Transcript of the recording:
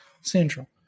Central